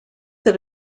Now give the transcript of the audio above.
that